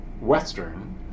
Western